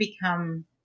become